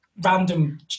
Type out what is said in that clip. random